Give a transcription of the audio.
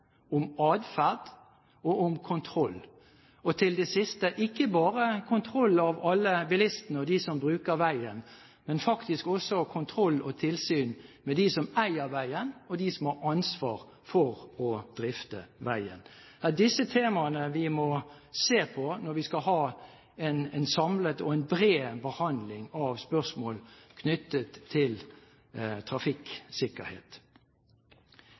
om adferd og om kontroll – og til det siste hører ikke bare kontroll av alle bilistene og dem som bruker veien, men faktisk også kontroll av og tilsyn med dem som eier veien og dem som har ansvar for å drifte veien. Det er disse temaene vi må se på når vi skal ha en samlet og en bred behandling av spørsmål knyttet til trafikksikkerhet.